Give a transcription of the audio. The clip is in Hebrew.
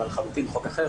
לחלוטין חוק אחר.